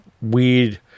weird